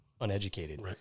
uneducated